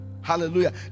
hallelujah